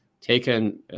taken